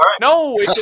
No